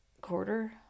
Quarter